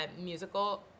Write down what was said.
musical